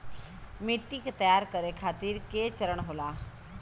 मिट्टी के तैयार करें खातिर के चरण होला?